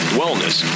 wellness